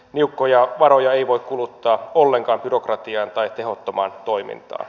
niukkoja varoja ei voi kuluttaa ollenkaan byrokratiaan tai tehottomaan toimintaan